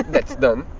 that's done.